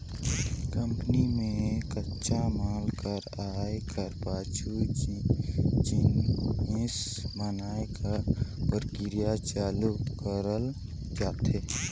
company में कच्चा माल कर आए कर पाछू जिनिस बनाए कर परकिरिया चालू करल जाथे